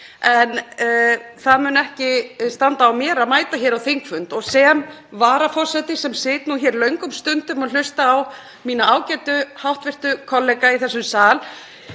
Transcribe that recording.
en það mun ekki standa á mér að mæta á þingfund. Sem varaforseti sem sit hér löngum stundum og hlusta á mína ágætu háttvirtu kollega í þessum sal,